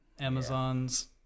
Amazon's